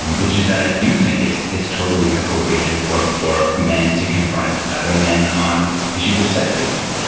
um which is that i do think it's it's totally appropriate and important for men to confront other men on issues of sexism.